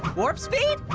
warp speed?